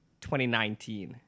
2019